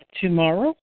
tomorrow